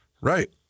Right